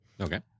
Okay